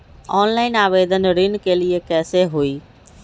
Online आवेदन ऋन के लिए कैसे हुई?